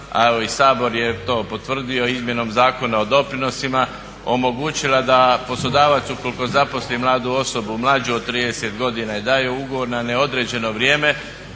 a i Sabor je to potvrdio izmjenom Zakona o doprinosima omogućila da poslodavac ukoliko zaposli mladu osobu mlađu od 30 godina i da joj ugovor na neodređeno vrijeme